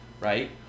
right